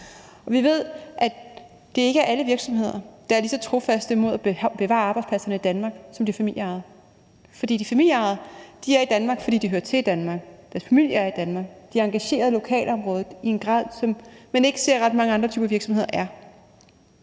vi ved, at det ikke er alle virksomheder, der er lige så trofaste med hensyn til at bevare arbejdspladserne i Danmark, som de familieejede er. For de familieejede er i Danmark, fordi de hører til i Danmark. Deres familie er i Danmark. De er engageret i lokalområdet i en grad, som man ikke ser ret mange andre typer virksomheder være.